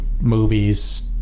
movies